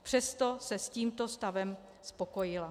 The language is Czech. Přesto se s tímto stavem spokojila.